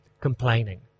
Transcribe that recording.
Complaining